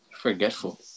Forgetful